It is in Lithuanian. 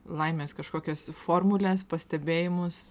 laimės kažkokias formules pastebėjimus